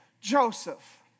Joseph